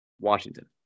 Washington